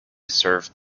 serve